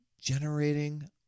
Generating